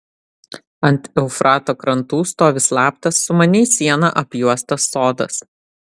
ant eufrato krantų stovi slaptas sumaniai siena apjuostas sodas